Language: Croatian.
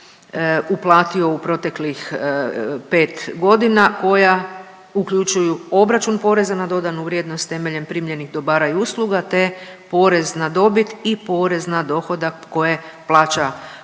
uplatio u proteklih 5 godina koja uključuju obračun poreza na dodanu vrijednost temeljem primljenih dobara i usluga te porez na dobit i pored na dohodak koje plaća